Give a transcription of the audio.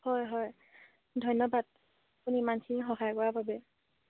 হয় হয় ধন্যবাদ আপুনি ইমানখিনি সহায় কৰা বাবে